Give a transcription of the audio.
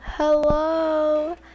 Hello